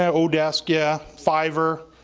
yeah, odesk, yeah fiverr,